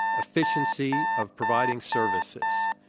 efficiency of providing services.